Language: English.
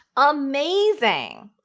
amazing.